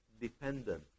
dependent